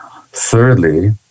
Thirdly